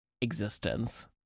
existence